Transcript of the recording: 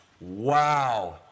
Wow